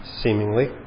seemingly